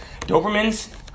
Dobermans